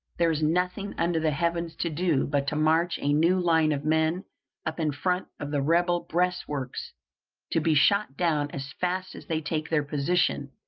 there is nothing under the heavens to do but to march a new line of men up in front of the rebel breastworks to be shot down as fast as they take their position,